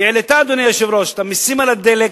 היא העלתה, אדוני היושב-ראש, את המסים על הדלק,